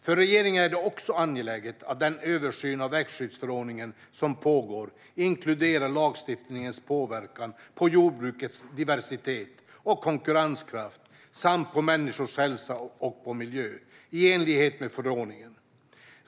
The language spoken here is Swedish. För regeringen är det också angeläget att den översyn av växtskyddsförordningen som pågår inkluderar lagstiftningens påverkan på jordbrukets diversitet och konkurrenskraft samt på människors hälsa och på miljö, i enlighet med förordningen.